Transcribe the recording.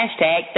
hashtag